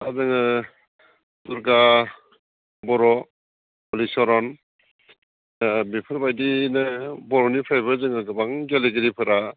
दा जोङो दुर्गा बर' हलिचरन ओ बेफोरबायदिनो बर'निफ्रायबो जोङो गोबां गेलेगिरिफोरा